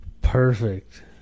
Perfect